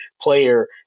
player